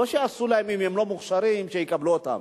לא שיעשו להם, אם הם לא מוכשרים שיקבלו אותם.